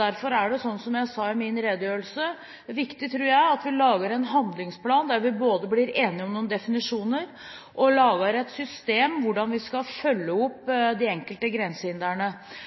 Derfor tror jeg – som jeg sa i min redegjørelse – at det er viktig å lage en handlingsplan der vi både blir enige om noen definisjoner og lager et system for hvordan vi skal følge opp de enkelte